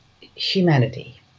humanity